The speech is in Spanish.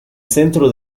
centro